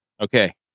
Okay